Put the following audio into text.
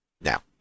Now